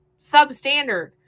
substandard